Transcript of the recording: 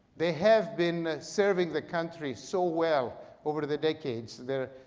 they have been serving the country so well over the decades, they're,